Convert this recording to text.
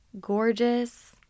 gorgeous